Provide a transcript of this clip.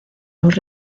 los